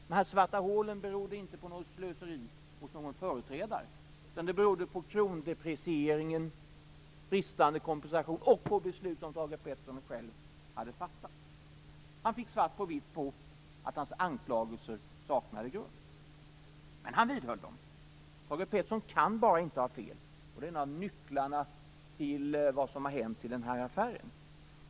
De svarta hålen berodde inte på något slöseri hos någon företrädare utan på krondeprecieringen, bristande kompensation och på beslut som Thage Peterson själv hade fattat. Han fick svart på vitt på att hans anklagelser saknade grund. Men han vidhöll dem. Thage Peterson kan bara inte ha fel. Det är en nycklarna till vad som har hänt i den här affären.